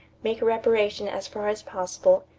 make reparation as far as possible,